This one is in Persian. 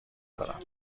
دارم